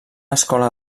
escola